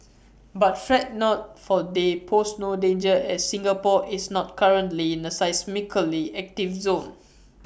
but fret not for they pose no danger as Singapore is not currently in A seismically active zone